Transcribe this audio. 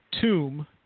tomb